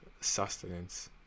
sustenance